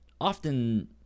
often